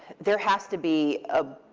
there has to be a